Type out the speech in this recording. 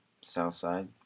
Southside